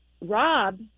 Rob